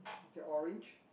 the orange